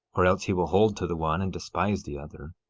or else he will hold to the one and despise the other.